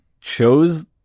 chose